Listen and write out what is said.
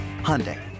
Hyundai